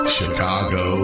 Chicago